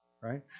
right